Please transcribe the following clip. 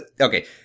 Okay